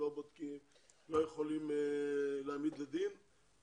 לא בודקים או לא יכולים להעמיד לדין,